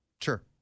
Sure